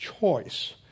choice